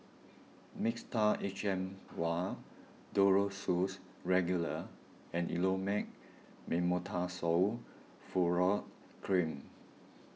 Mixtard H M Vial Duro Tuss Regular and Elomet Mometasone Furoate Cream